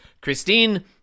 Christine